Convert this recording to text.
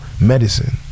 medicine